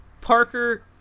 Parker